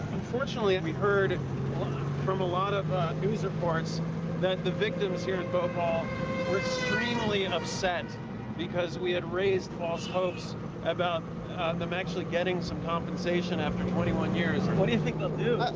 unfortunately, and we heard from a lot of news reports that the victims here in bhopal were extremely and upset because we had raised false hopes about them actually getting some compensation after twenty one years. and what do you think they'll do?